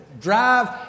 drive